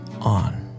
on